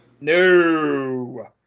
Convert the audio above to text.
No